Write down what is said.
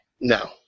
No